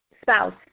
spouse